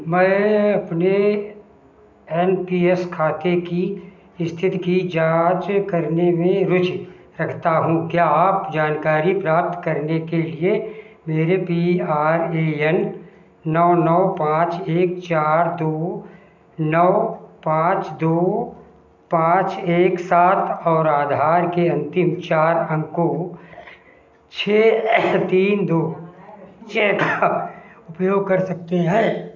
मैं अपने N P S खाते की स्थिति की जाँच करने में रुचि रखता हूँ क्या आप जानकारी प्राप्त करने के लिए मेरे पी आर ए एन नौ नौ पाँच एक चार दो नौ पाँच दो पाँच एक सात और आधार के अंतिम चार अंको छः तीन दो छः का उपयोग कर सकते हैं